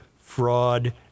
fraud